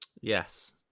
Yes